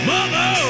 Mother